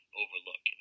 overlook